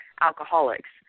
Alcoholics